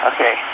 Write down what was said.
Okay